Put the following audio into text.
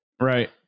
Right